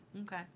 Okay